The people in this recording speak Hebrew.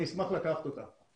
אני אשמח לקחת אותה.